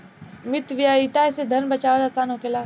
मितव्ययिता से धन बाचावल आसान होखेला